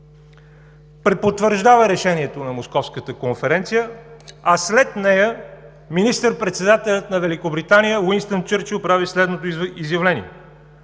препотвърждава решението на Московската конференция, а след нея министър-председателят на Великобритания Уинстън Чърчил прави следното изявление: